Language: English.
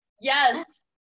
Yes